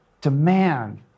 demand